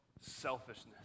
selfishness